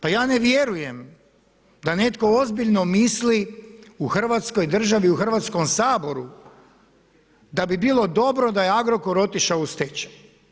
Pa ja ne vjerujem da netko ozbiljno misli u Hrvatskoj državi, u Hrvatskom saboru da bi bilo dobro da je Agrokor otišao u stečaj.